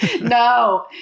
No